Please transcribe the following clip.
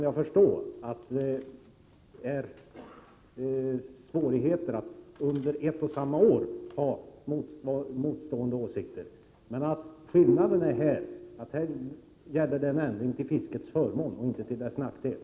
Jag förstår att det är svårt att inom ett år ha motsatta åsikter. Skillnaden i år är att det nu gäller en ändring till fiskarnas förmån, inte till deras nackdel.